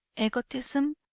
egotism,